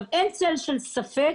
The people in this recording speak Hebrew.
אין צל של ספק